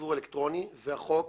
מחזור אלקטרוני והחוק